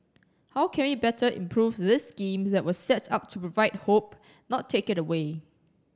how can we better improve this scheme that was set up to provide hope not take it away